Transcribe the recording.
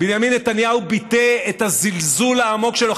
בנימין נתניהו ביטא את הזלזול העמוק שלו.